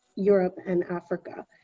europe and africa.